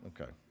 okay